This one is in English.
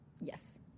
yes